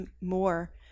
more